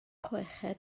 chweched